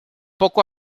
poco